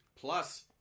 Plus